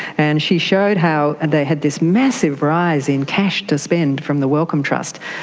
and she showed how they had this massive rise in cash to spend from the wellcome trust,